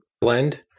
blend